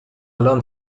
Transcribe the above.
الان